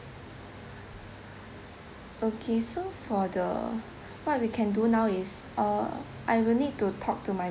okay so for the what we can do now is uh I will need to talk to my